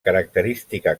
característica